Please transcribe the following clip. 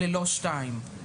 ללא (2).